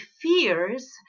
fears